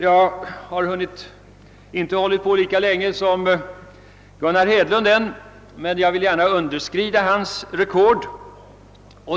Jag har ännu inte talat lika länge som Gunnar Hedlund, och jag vill gärna underskrida hans rekord.